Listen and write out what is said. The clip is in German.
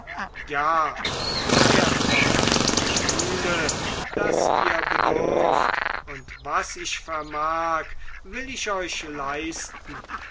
ja fuhr er fort ich fühle daß ihr bedürft und was ich vermag will ich euch leisten